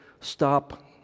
stop